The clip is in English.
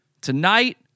Tonight